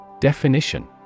Definition